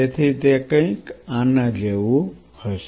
તેથી તે કંઈક આના જેવું હશે